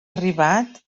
arribat